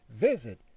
Visit